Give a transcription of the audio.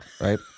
right